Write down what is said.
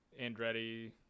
Andretti